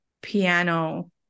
piano